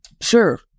Sure